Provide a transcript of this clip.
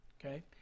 Okay